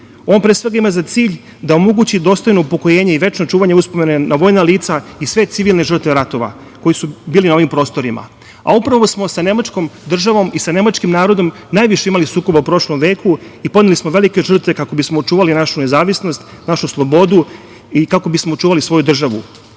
On pre svega ima za cilj da omogući dostojno upokoljenje i večno čuvanje uspomene na vojna lica i sve civilne žrtve ratova koje su bile na ovim prostorima. Upravo smo sa nemačkom državom i sa nemačkim narodom najviše imali sukoba u prošlom veku i podneli smo velike žrtve kako bismo očuvali našu nezavisnost, našu slobodu i kako bismo očuvali svoju državu. Svaki